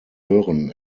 hören